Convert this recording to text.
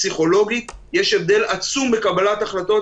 אם זה רק לצורך הסעיף הזה,